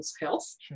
health